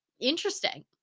interesting